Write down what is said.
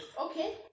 Okay